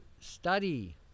study